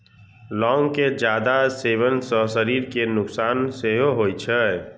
लौंग के जादे सेवन सं शरीर कें नुकसान सेहो होइ छै